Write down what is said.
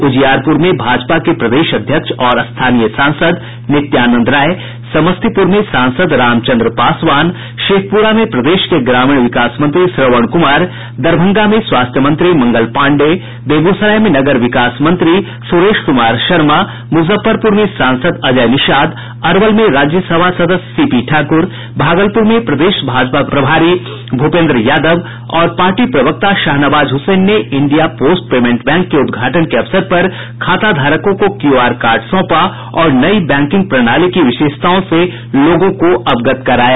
उजियारपूर में भाजपा के प्रदेश अध्यक्ष और स्थानीय सांसद नित्यानंद राय समस्तीपुर में सांसद रामचंद्र पासवान शेखपुरा में प्रदेश के ग्रामीण विकास मंत्री श्रवण कुमार दरभंगा में स्वास्थ्य मंत्री मंगल पांडेय बेगूसराय में नगर विकास मंत्री सुरेश कुमार शर्मा मुजफ्फरपुर में सांसद अजय निषाद अरवल में राज्यसभा सदस्य सीपी ठाकूर भागलपुर में प्रदेश भाजपा प्रभारी भूपेन्द्र यादव और पार्टी प्रवक्ता शाहनवाज हुसैन ने इंडिया पोस्ट पेमेंट बैंक के उद्घाटन के अवसर पर खाताधारकों को क्यूआर कार्ड सौंपा और नई बैंकिंग प्रणाली की विशेषताओं से लोगों को अवगत कराया